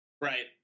Right